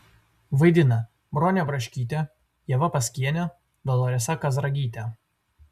vaidina bronė braškytė ieva paskienė doloresa kazragytė